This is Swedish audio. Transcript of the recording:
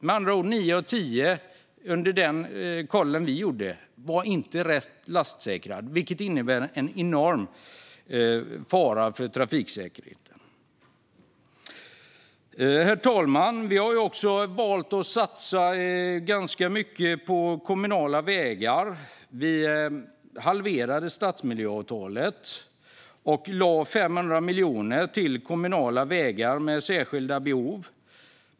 Med andra ord var nio av tio under den koll vi gjorde inte rätt lastsäkrade, vilket innebär en enorm fara för trafiksäkerheten. Herr talman! Vi har också valt att satsa ganska mycket på kommunala vägar. Vi halverade stadsmiljöavtalet och lade 500 miljoner på kommunala vägar med särskilda behov.